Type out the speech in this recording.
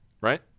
Right